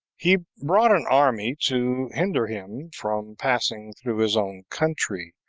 he brought an army to hinder him from passing through his own country,